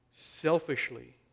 selfishly